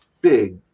big